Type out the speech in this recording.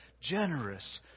Generous